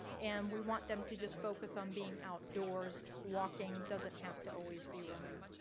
and we want them to just focus on being outdoors walking doesn't have to always be running.